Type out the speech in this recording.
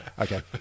Okay